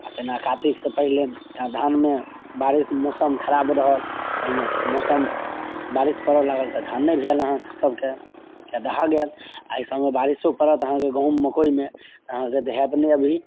आ तहिना कातिक से पहिले तऽ धानमे बारिस मौसम खराब रहल ओहिमे मौसम बारिस परऽ लागल तऽ धान नहि भेल अहाँके सबके चाहे दहा गेल आ एहि सबमे बारिसो पड़त अहाँके गहूॅंम मकइमे तऽ अहाँके दहाएत नहि अभी